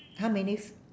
how many f~